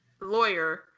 lawyer